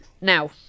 Now